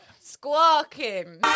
Squawking